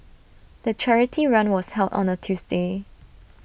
the charity run was held on A Tuesday